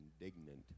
indignant